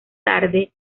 tarde